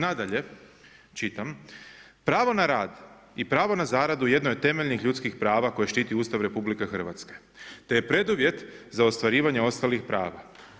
Nadalje čitam „Pravo na rad i pravo na zaradu jedno je od temeljnih ljudskih prava koje štiti Ustav RH te je preduvjet za ostvarivanje ostalih prava.